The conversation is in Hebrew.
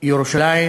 ירושלים